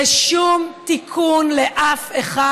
לשום תיקון לאף אחד,